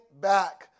back